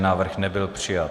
Návrh nebyl přijat.